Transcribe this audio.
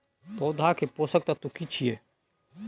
पौधा के पोषक तत्व की छिये?